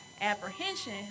apprehension